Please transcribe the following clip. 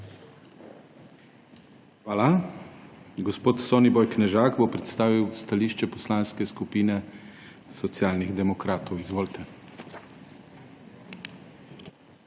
Hvala. Gospod Soniboj Knežak bo predstavil stališče Poslanske skupine Socialnih demokratov. Izvolite.